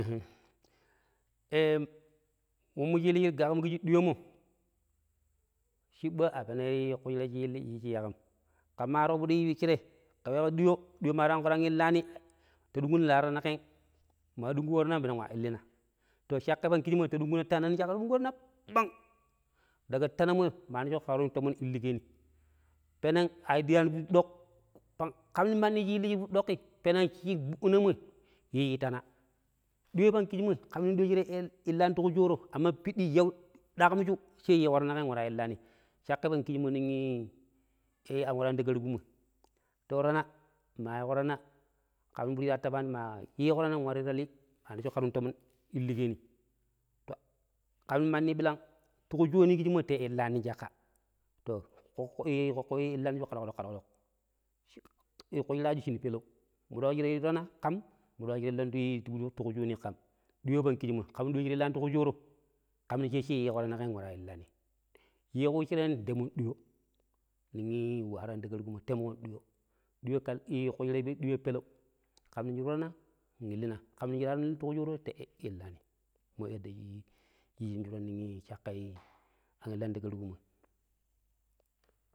﻿Em wemnio shi illiji ti gak kiji diyomo cibba a peno kukkushira shi illiji yiiji yaƙem ke maa warko piɗi woccire. Kera wa diyo, diyo maa tangko tang illaani, ta dungkuna laa tana keeng, maa dungkuko tana nɓang nwa illina. To, cakkai pang kijimoi ta dungƙuna tana bang, daga tana moi maa neccoko kena yun tomon illikeeni. Peneng ar diyaani fuddok, peneng kam nong manni shi illiji fuddok ki peneng shin gbuddinamoi, yiiji tana. Diyo pang kijimoi, kam nong diyo shira iya illini tuku shooro, amma piddi yau dakamju she yiiko tana keeng beneng waara illaani. Cakkai pang kijimoi nong i-i an waraani ta karuku moi. Ta yu tana, maa yiiko tana kam nong fudi shita tabaani maa yiiko tana nwari tali maa neccoko kera yun tomon illikeeni kam nong manni birang tuku shooni kijimo ta iya illani nong caƙƙa to, koƙƙo illanju ta ywani ka dok-dok, ka dok - dok kushiraaju shinu pelen, mudok shira yu tana kam mudok shira illan tuku shooni kam. To, ɗuyo pang kijimoi, kam nong diyo shi ta illaani tuku shooro kam nong sai shi tanaa tana keeng nwaraa illani. Yiiko wushire ntemon ɗuyo, non i-i wu waraani ta karuku moi, tamukon ɗuyo. ɗuyo kushira ɗuyo peneg kam nong shira yu tana illina, kam nong shira waraani tuku shooro nillina. Mo yadda shi yiijin shuran nong -i- an illaani ta karuku moi.